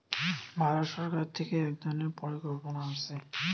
ভারত সরকার থিকে এক ধরণের পরিকল্পনা আছে